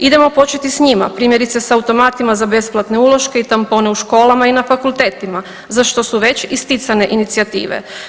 Idemo početi s njima, primjerice, s automatima za besplatne uloške i tampone u školama i na fakultetima, zašto su već isticane inicijative.